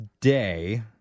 Day